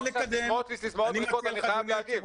הוא אמר סיסמאות ריקות, אני חייב להגיב.